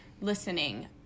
listening